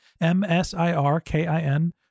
M-S-I-R-K-I-N